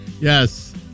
Yes